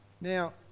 Now